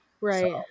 Right